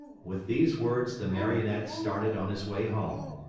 with these words, the marionette started on his way home.